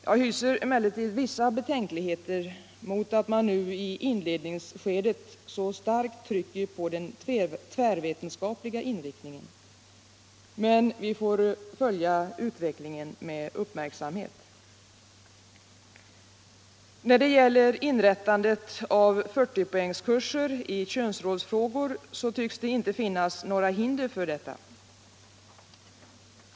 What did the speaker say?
Jag hyser emellertid vissa betänkligheter mot att man nu i inledningsskedet så starkt tryckt på den tvärvetenskapliga inriktningen. Men vi får följa utvecklingen med uppmärksamhet. Då det gäller inrättandet av 40-poängskurser i könsrollsfrågor tycks det inte finnas några hinder.